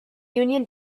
union